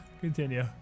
Continue